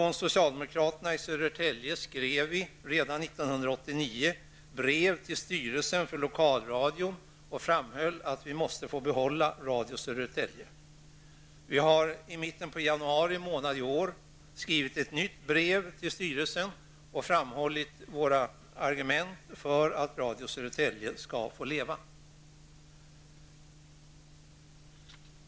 Vi socialdemokrater i Södertälje skrev redan 1989 brev till styrelsen för Lokalradion, där vi framhöll att vi i kommunen måste få behålla Radio Södertälje. I mitten av januari i år har vi skrivit ytterligare ett brev till styrelsen, där vi framhåller våra argument för att Radio Södertälje skall få leva.